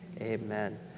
Amen